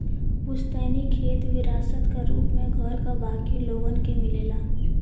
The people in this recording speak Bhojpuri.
पुस्तैनी खेत विरासत क रूप में घर क बाकी लोगन के मिलेला